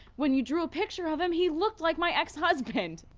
when you drew a picture of him, he looked like my ex-husband.